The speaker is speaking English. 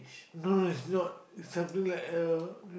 no no is not something like uh